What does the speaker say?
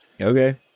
Okay